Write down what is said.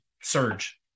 surge